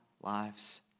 lives